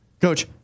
Coach